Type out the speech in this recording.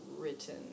written